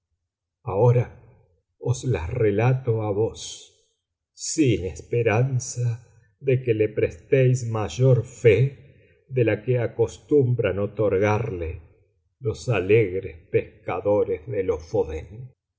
ahora os la relato a vos sin esperanza de que le prestéis mayor fe de la que acostumbran otorgarle los alegres pescadores de lofoden